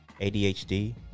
ADHD